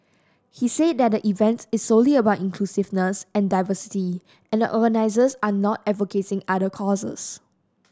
he said that the event is solely about inclusiveness and diversity and the organisers are not advocating other causes